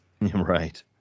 Right